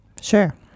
Sure